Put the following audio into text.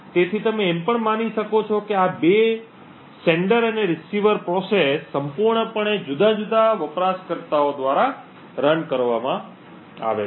તેથી તમે એમ પણ માની શકો છો કે આ 2 પ્રેષક અને રીસીવર પ્રક્રિયા સંપૂર્ણપણે જુદા જુદા વપરાશકર્તાઓ દ્વારા રન કરવામાં આવે છે